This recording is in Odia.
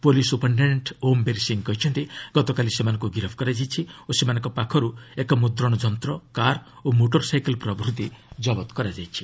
ପୁଲିସ୍ ସୁପରିନ୍ଟେଣ୍ଟେଣ୍ଟ୍ ଓମ୍ବୀର ସିଂ କହିଛନ୍ତି ଗତକାଲି ସେମାନଙ୍କୁ ଗିରଫ କରାଯାଇଛି ଓ ସେମାନଙ୍କ ପାଖରୁ ମୁଦ୍ରଶ ଯନ୍ତ୍ର କାର୍ ଓ ମୋଟରସାଇକେଲ୍ ଜବତ କରାଯାଇଛି